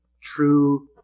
true